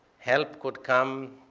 help could come